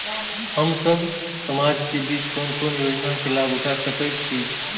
हम सब समाज के बीच कोन कोन योजना के लाभ उठा सके छी?